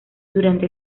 durante